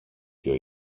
δυο